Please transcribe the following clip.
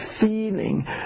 feeling